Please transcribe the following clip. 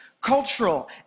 cultural